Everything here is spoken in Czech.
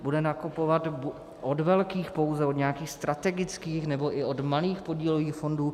Bude nakupovat od velkých pouze, od nějakých strategických, nebo i od malých podílových fondů?